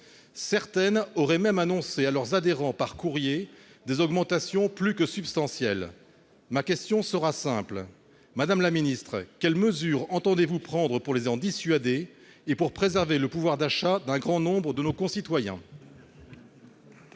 Certaines auraient même annoncé par courrier à leurs adhérents des augmentations plus que substantielles. Ma question est simple. Madame la secrétaire d'État, quelles mesures entendez-vous prendre pour les en dissuader et pour préserver le pouvoir d'achat d'un grand nombre de nos concitoyens ?